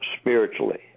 spiritually